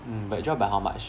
mm but drop by how much